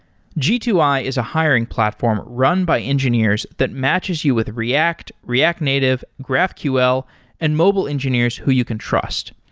g two i is a hiring platform run by engineers that matches you with react, react native, graphql and mobile engineers who you can trust.